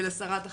ולשרת החינוך,